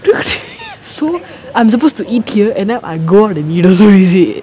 !chey! so I'm supposed to eat here and then I go out to eat also is it